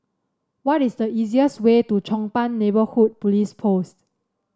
what is the easiest way to Chong Pang Neighbourhood Police Post